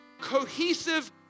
cohesive